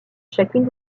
chacune